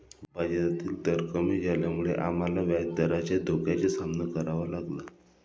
बाजारातील दर कमी झाल्यामुळे आम्हाला व्याजदराच्या धोक्याचा सामना करावा लागला